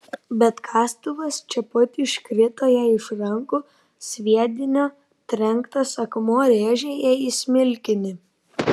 bet kastuvas čia pat iškrito jai iš rankų sviedinio trenktas akmuo rėžė jai į smilkinį